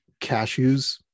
cashews